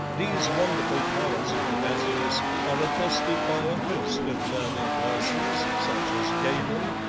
these wonderful powers of the basilisk are attested by a host of learned persons, such as galen,